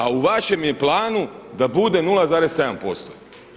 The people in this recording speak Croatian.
A u vašem je planu da bude 0,7%